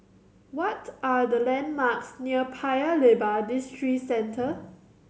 what are the landmarks near Paya Lebar Districentre